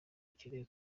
ikeneye